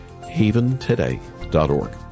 haventoday.org